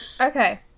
Okay